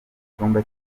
cyumba